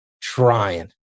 trying